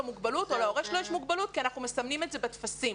או להורה שלו מוגבלות כי אנחנו מסמנים את זה בטפסים.